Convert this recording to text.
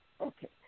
Okay